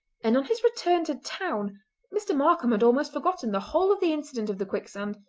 and on his return to town mr. markam had almost forgotten the whole of the incident of the quicksand,